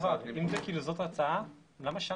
אם זאת ההצעה, למה שנה?